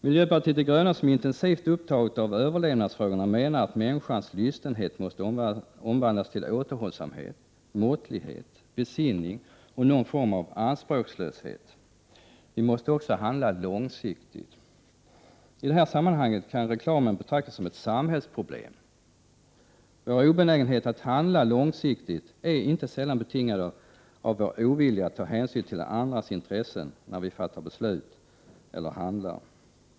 Miljöpartiet de gröna, som är intensivt upptaget av överlevnadsfrågor, menar att människans lystenhet måste omvandlas till återhållsamhet, måttlighet, besinning och någon form av anspråkslöshet. Vi måste också handla långsiktigt. I detta sammanhang kan reklamen betraktas som ett samhällsproblem. Vår obenägenhet att handla långsiktigt är inte sällan betingad av vår ovilja att ta hänsyn till andras intressen, när vi fattar beslut eller handlar.